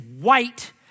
white